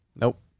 Nope